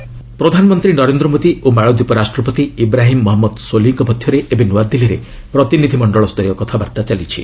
Maldives ପ୍ରେଜ୍ ପ୍ରଧାନମନ୍ତ୍ରୀ ନରେନ୍ଦ୍ର ମୋଦି ଓ ମାଳଦୀପ ରାଷ୍ଟ୍ରପତି ଇବ୍ରାହିମ୍ ମହମ୍ମଦ ସୋଲିଙ୍କ ମଧ୍ୟରେ ଏବେ ନୃଆଦିଲ୍ଲୀରେ ପ୍ରତିନିଧି ମଣ୍ଡଳସ୍ତରୀୟ କଥାବାର୍ତ୍ତା ଚାଲିଛି